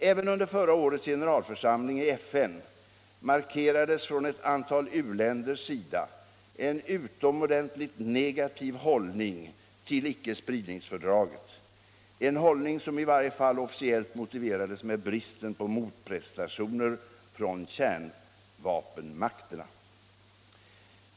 Även under förra höstens generalförsamling i FN markerades från ett antal u-länders sida en utomordentligt negativ hållning till icke-spridningsfördraget, en hållning som i varje fall officiellt motiverades med bristen på motprestationer från kärnvapenmakterna.